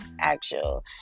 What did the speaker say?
actual